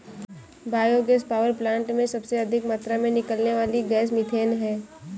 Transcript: bio gas power plant में सबसे अधिक मात्रा में निकलने वाली गैस मिथेन है